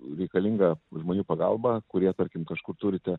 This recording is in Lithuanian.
reikalinga žmonių pagalba kurie tarkim kažkur turite